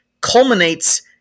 culminates